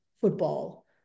football